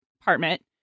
apartment